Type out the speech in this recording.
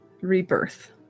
rebirth